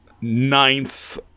ninth